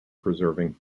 preserving